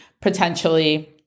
potentially